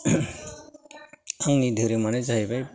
आंनि धोरोमानो जाहैबाय